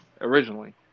originally